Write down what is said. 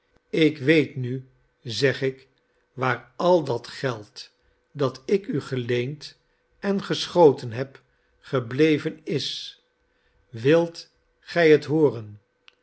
ik weet nu zeg ik waar al dat geld dat ik u geleend en geschoten heb gebleven is wilt gij het hooren